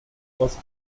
was